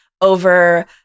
over